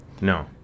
No